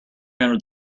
hundred